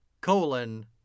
Colon